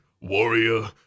Warrior